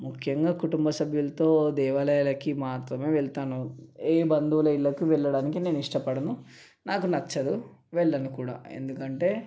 ముఖ్యంగా కుటుంబ సభ్యులతో దేవాలయాలకి మాత్రమే వెళ్తాను ఏ బంధువుల ఇళ్ళకి వెళ్ళడానికి నేను ఇష్టపడను నాకు నచ్చదు వెళ్ళను కూడా ఎందుకంటే